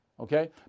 Okay